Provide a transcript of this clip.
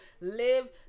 Live